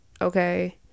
Okay